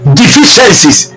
deficiencies